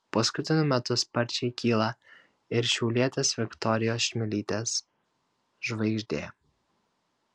paskutiniu metu sparčiai kyla ir šiaulietės viktorijos čmilytės žvaigždė